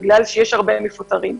בגלל שיש הרבה מפוטרים.